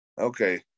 okay